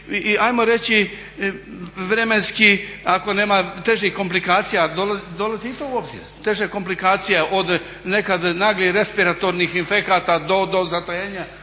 hajmo reći vremenski ako nema težih komplikacija dolazi i to u obzir, teža komplikacija od nekad naglih respiratornih infekata do zatajenja